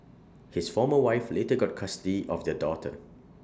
his former wife later got custody of their daughter